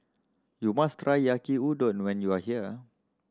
you must try Yaki Udon when you are here